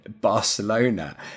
Barcelona